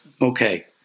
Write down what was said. okay